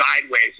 sideways